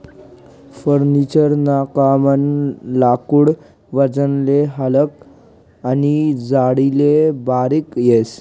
furniture ना कामनं लाकूड वजनले हलकं आनी जाडीले बारीक येस